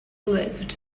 lived